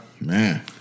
man